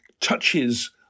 touches